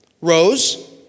rose